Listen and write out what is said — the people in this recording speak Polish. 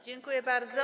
Dziękuję bardzo.